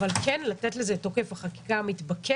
אבל כן לתת לזה את תוקף החקיקה המתבקש.